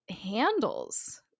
handles